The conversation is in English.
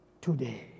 today